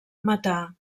matar